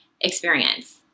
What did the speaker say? experience